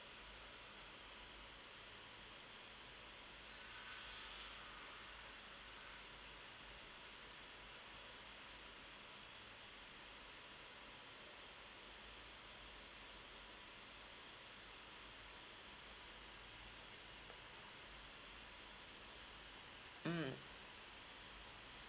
mm